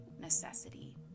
necessity